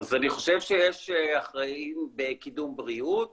אז אני חושב שיש אחראים בקידום בריאות,